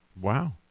Wow